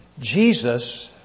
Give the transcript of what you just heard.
Jesus